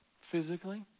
Physically